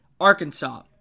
Arkansas